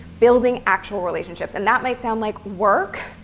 building actual relationships. and that might sound like work,